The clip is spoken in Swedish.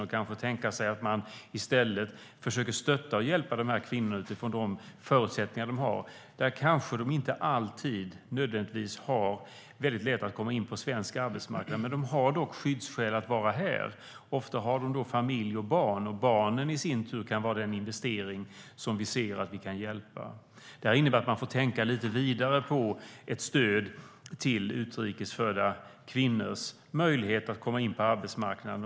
Kan man kanske tänka sig att man i stället försöker stötta och hjälpa kvinnorna utifrån de förutsättningar de har? De kanske inte alltid nödvändigtvis har väldigt lätt att komma in på svensk arbetsmarknad, men de har skyddsskäl att vara här. Ofta har de familj och barn, och barnen kan i sin tur vara den investering som vi ser att vi kan hjälpa. Det här innebär att man får tänka lite vidare på ett stöd när det gäller utrikes födda kvinnors möjlighet att komma in på arbetsmarknaden.